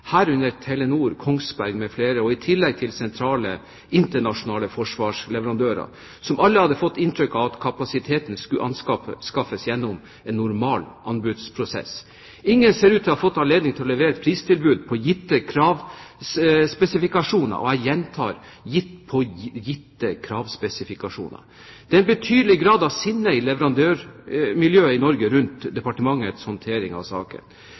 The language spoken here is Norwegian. herunder Telenor, Kongsberg m.fl., i tillegg til sentrale internasjonale forsvarsleverandører, som alle hadde fått inntrykk av at kapasiteten skulle anskaffes gjennom en normal anbudsprosess. Ingen ser ut til å ha fått anledning til å levere pristilbud på gitte kravspesifikasjoner, og jeg gjentar: på gitte kravspesifikasjoner. Det er en betydelig grad av sinne i leverandørmiljøet i Norge rundt departementets håndtering av saken.